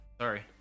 Sorry